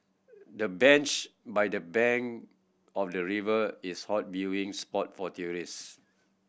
the bench by the bank of the river is hot viewing spot for tourists